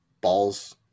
balls